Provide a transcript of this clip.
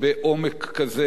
בפירוט כזה,